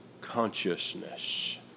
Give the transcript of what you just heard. consciousness